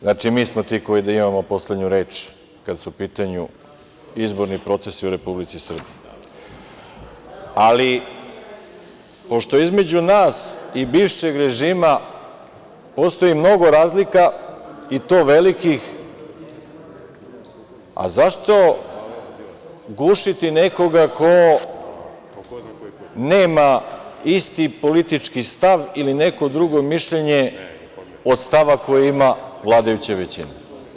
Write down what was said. Znači, mi smo ti koji imamo poslednju reč kada su u pitanju izborni procesi u Republici Srbiji, ali pošto između nas i bivšeg režima postoji mnogo razlika, i to velikih, a zašto gušiti nekoga ko nema isti politički stav ili neko drugo mišljenje od stava koji ima vladajuća većina?